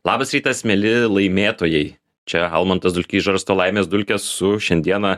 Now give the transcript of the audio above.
labas rytas mieli laimėtojai čia almantas dulkys žarsto laimės dulkes su šiandieną